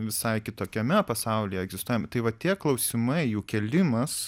visai kitokiame pasaulyje egzistuojam tai va tie klausimai jų kėlimas